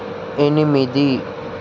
ఎనిమిది